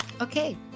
Okay